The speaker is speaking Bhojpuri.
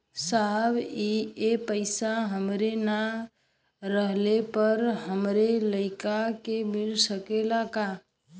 साहब ए पैसा हमरे ना रहले पर हमरे लड़का के मिल सकेला का?